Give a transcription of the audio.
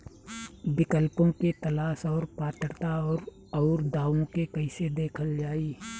विकल्पों के तलाश और पात्रता और अउरदावों के कइसे देखल जाइ?